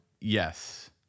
Yes